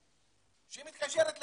אני מסכים איתך,